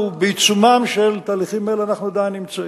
ובעיצומם של תהליכים אלה אנחנו עדיין נמצאים.